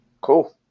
Cool